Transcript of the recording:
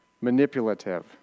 manipulative